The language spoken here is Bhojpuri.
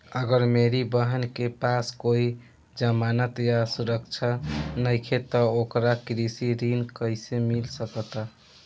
अगर मेरी बहन के पास कोई जमानत या सुरक्षा नईखे त ओकरा कृषि ऋण कईसे मिल सकता?